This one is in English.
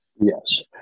Yes